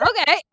Okay